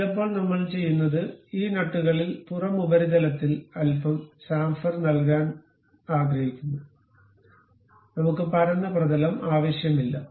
ചിലപ്പോൾ നമ്മൾ ചെയ്യുന്നത് ഈ നട്ടുകളിൽ പുറം ഉപരിതലത്തിൽ അല്പം ഷാംഫർ നടത്താൻ നമ്മൾ ആഗ്രഹിക്കുന്നു നമ്മൾക്ക് പരന്ന പ്രതലം ആവശ്യമില്ല